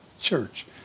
Church